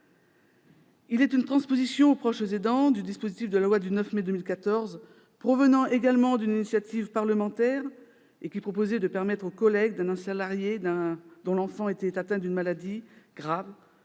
Il constitue une transposition aux proches aidants du dispositif de la loi du 9 mai 2014, également issu d'une initiative parlementaire et visant à permettre aux collègues d'un salarié dont l'enfant est atteint d'une maladie grave